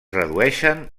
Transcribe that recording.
redueixen